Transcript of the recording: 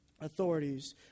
authorities